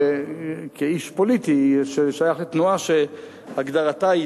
כאיש פוליטי ששייך לתנועה שהגדרתה היא